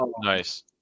Nice